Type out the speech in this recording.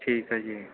ਠੀਕ ਹੈ ਜੀ